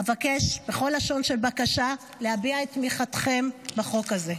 אבקש בכל לשון של בקשה להביע את תמיכתכם בחוק הזה.